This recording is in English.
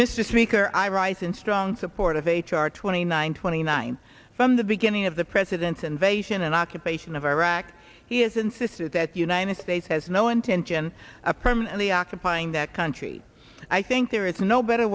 mr speaker i rise in strong support of h r twenty nine twenty nine from the beginning of the president's invasion and occupation of iraq he has insisted that the united states has no intention of permanently occupying that country i think there is no better